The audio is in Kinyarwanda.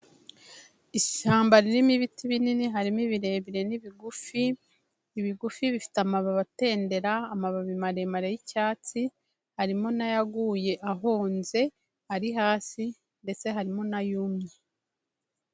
Ishyamba ririmo ibiti binini, harimo ibirebire n'ibigufi, ibigufi bifite amababi atendera, amababi maremare y'icyatsi harimo n'ayaguye ahonze ari hasi ndetse harimo n'ayumye.